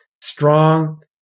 strong